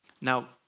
Now